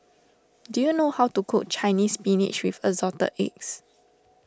do you know how to cook Chinese Spinach with Assorted Eggs